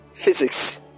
physics